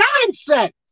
nonsense